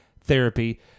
therapy